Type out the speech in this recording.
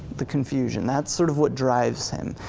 the confusion, that's sort of what drives him.